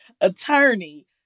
Attorney